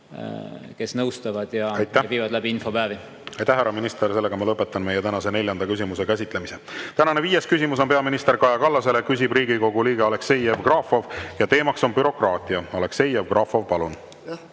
kes nõustavad ja viivad läbi infopäevi. Aitäh, härra minister! Ma lõpetan meie tänase neljanda küsimuse käsitlemise. Tänane viies küsimus on peaminister Kaja Kallasele. Küsib Riigikogu liige Aleksei Jevgrafov ja teemaks on bürokraatia. Aleksei Jevgrafov, palun!